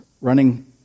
running